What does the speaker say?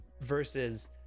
Versus